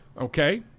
okay